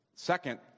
Second